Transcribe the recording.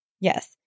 yes